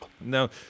no